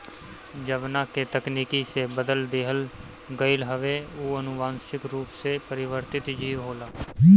जवना के तकनीकी से बदल दिहल गईल हवे उ अनुवांशिक रूप से परिवर्तित जीव होला